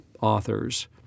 authors